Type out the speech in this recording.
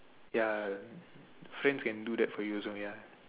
ya friend can do that for you also ya